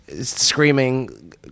screaming